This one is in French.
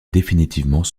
définitivement